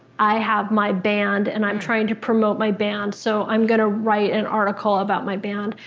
i have my band and i'm trying to promote my band, so i'm gonna write an article about my band.